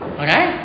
okay